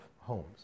homes